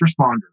responder